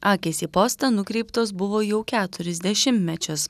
akys į postą nukreiptos buvo jau keturis dešimtmečius